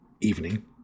evening